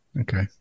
Okay